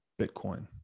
Bitcoin